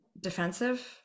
defensive